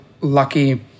lucky